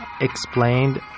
explained